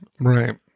Right